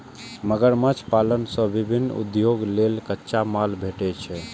मगरमच्छ पालन सं विभिन्न उद्योग लेल कच्चा माल भेटै छै